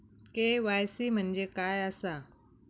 KYC म्हणजे काय आसा?